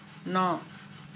ন